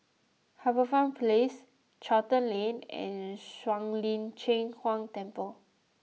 HarbourFront Place Charlton Lane and Shuang Lin Cheng Huang Temple